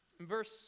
verse